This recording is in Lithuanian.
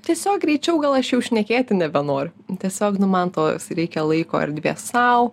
tiesiog greičiau gal aš jau šnekėti nebenori tiesiog nu man to reikia laiko erdvės sau